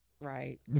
right